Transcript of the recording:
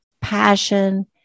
passion